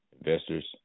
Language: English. investors